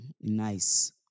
Nice